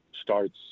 starts